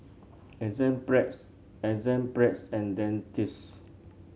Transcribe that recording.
Enzyplex Enzyplex and Dentiste